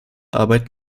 arbeit